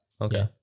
Okay